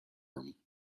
room